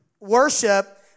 Worship